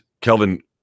Kelvin –